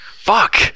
fuck